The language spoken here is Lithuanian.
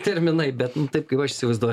terminai bet nu taip kaip aš įsivaizduoj